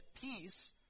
peace